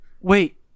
Wait